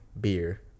beer